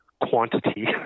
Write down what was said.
quantity